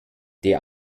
der